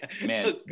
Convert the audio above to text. man